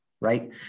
right